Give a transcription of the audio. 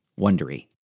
Wondery